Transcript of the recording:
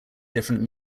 different